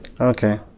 okay